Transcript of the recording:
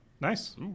Nice